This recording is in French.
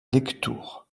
lectoure